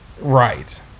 Right